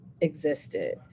existed